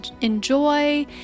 enjoy